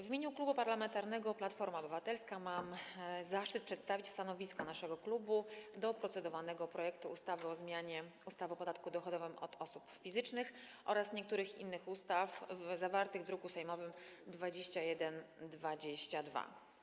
W imieniu Klubu Parlamentarnego Platforma Obywatelska mam zaszczyt przedstawić stanowisko naszego klubu co do procedowanego projektu ustawy o zmianie ustawy o podatku dochodowym od osób fizycznych oraz niektórych innych ustaw, zawartego w druku sejmowym nr 2122.